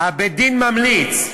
בית-הדין ממליץ,